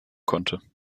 konnte